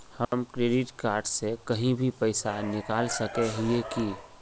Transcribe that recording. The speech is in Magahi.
हम क्रेडिट कार्ड से कहीं भी पैसा निकल सके हिये की?